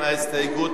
עפו אגבאריה,